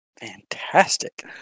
Fantastic